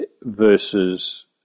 versus